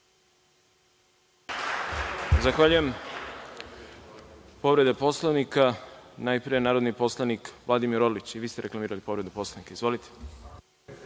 Zahvaljujem. Povreda Poslovnika, najpre narodni poslanik Vladimir Orlić. I vi ste reklamirali povredu Poslovnika. Izvolite.